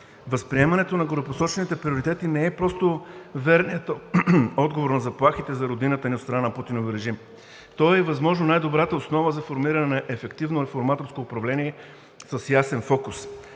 Възприемането на горепосочените приоритети не е просто верният отговор на заплахите за родината ни от страна на Путиновия режим, то е и възможно най-добрата основа за формиране на ефективно реформаторско управление с ясен фокус.